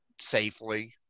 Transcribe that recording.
safely